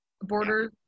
Borders